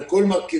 על כל מרכיביה.